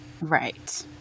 right